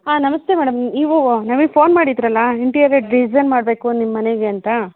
ಹಾಂ ನಮಸ್ತೆ ಮೇಡಮ್ ನೀವು ನಮಗೆ ಫೋನ್ ಮಾಡಿದ್ರಲ್ಲ ಇಂಟೀರಿಯರ್ ಡಿಸೈನ್ ಮಾಡಬೇಕು ನಿಮ್ಮ ಮನೆಗೆ ಅಂತ